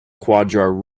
qajar